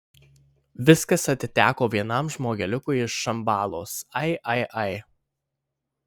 viskas atiteko vienam žmogeliukui iš šambalos ai ai ai